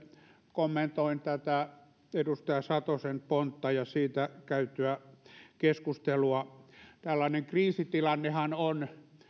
kommentoin tätä edustaja satosen pontta ja siitä käytyä keskustelua tällainen kriisitilannehan on